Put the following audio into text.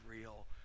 real